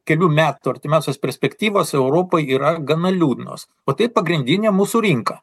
kelių metų artimiausios perspektyvos europoj yra gana liūdnos o tai pagrindinė mūsų rinka